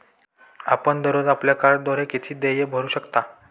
आपण दररोज आपल्या कार्डद्वारे किती देय भरू शकता?